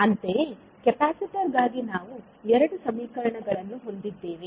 ಅಂತೆಯೇ ಕೆಪಾಸಿಟರ್ ಗಾಗಿ ನಾವು ಎರಡು ಸಮೀಕರಣಗಳನ್ನು ಹೊಂದಿದ್ದೇವೆ